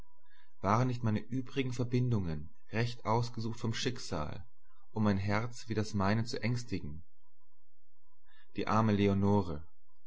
waren nicht meine übrigen verbindungen recht ausgesucht vom schicksal um ein herz wie das meine zu ängstigen die arme